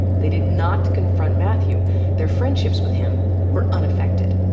they did not confront mathew their friendships with him were unaffected.